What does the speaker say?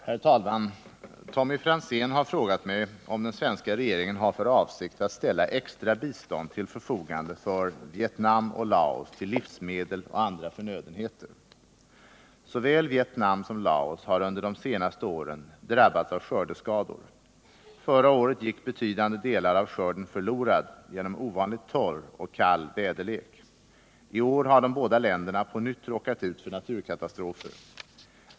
Herr talman! Tommy Franzén har frågat mig om den svenska regeringen har för avsikt att ställa extra bistånd till förfogande för Vietnam och Laos till livsmedel och andra förnödenheter. Såväl Vietnam som Laos har under de senaste åren drabbats av skördeskador. Förra året gick betydande delar av skörden förlorade till följd av ovanligt torr och kall väderlek. I år har de båda länderna på nytt råkat ut för naturkatastrofer.